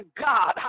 God